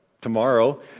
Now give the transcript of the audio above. tomorrow